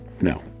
no